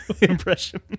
Impression